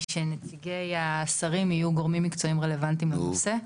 שנציגי השרים יהיו גורמים מקצועיים רלוונטיים לנושא.